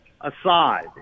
aside